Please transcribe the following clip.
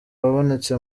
wabonetse